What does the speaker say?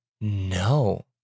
No